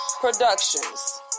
Productions